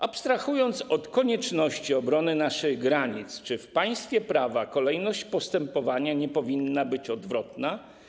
Abstrahując od konieczności obrony naszych granic, czy w państwie prawa kolejność postępowania nie powinna być odwrotna?